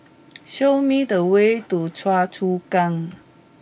show me the way to Choa Chu Kang